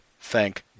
Thank